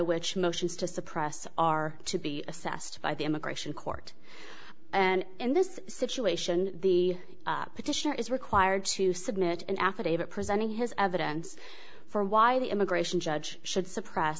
which motions to suppress are to be assessed by the immigration court and in this situation the petitioner is required to submit an affidavit presenting his evidence for why the immigration judge should suppress